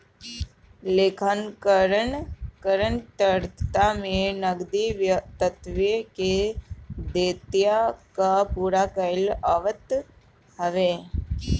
लेखांकन तरलता में नगदी दायित्व के देयता कअ पूरा कईल आवत हवे